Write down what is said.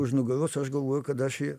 už nugaros aš galvoju kad aš jį